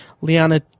Liana